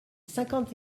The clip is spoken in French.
cinquante